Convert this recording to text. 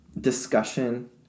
discussion